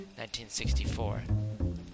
1964